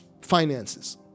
finances